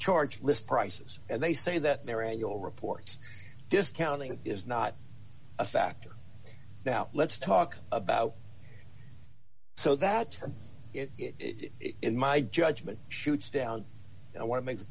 charge list prices and they say that their annual reports discounting is not a factor now let's talk about so that's how it is in my judgment shoots down and i want to make the